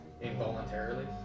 involuntarily